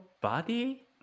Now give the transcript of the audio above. body